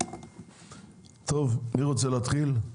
טוב, מי רוצה להתחיל?